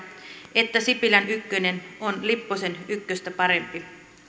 että sipilän ykkönen on lipposen ykköstä parempi